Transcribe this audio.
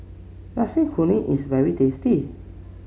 Nasi Kuning is very tasty